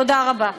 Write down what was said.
תודה רבה.